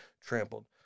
trampled